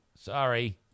Sorry